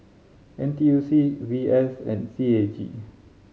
N T U C V S and C A G